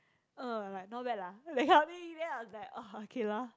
orh like not bad lah that kind of thing then I was like orh okay lor